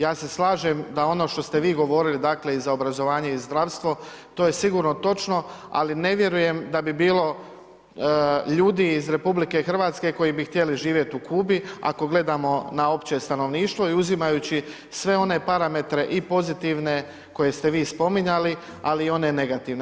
Ja se slažem da ono što ste vi govorili, dakle, i za obrazovanje i zdravstvo, to je sigurno točno, ali ne vjerujem da bi bilo ljudi iz RH koji bi htjeli živjet u Kubi ako gledamo na opće stanovništvo i uzimajući sve one parametre i pozitivne koje ste vi spominjali, ali i one negativne.